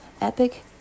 Epic